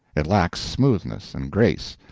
it lacks smoothness and grace,